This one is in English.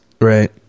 right